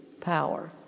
power